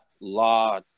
law